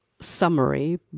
summary